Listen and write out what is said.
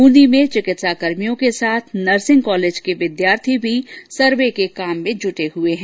ब्रंदी में चिकित्सा कर्मियों के साथ नर्सिंग कॉलेज के विद्यार्थी भी सर्वे के काम में जुटे हये हैं